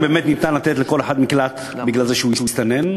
אם באמת ניתן לתת לכל אחד מקלט מפני שהוא מסתנן,